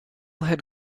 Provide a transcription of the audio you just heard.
had